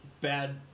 Bad